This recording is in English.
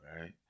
Right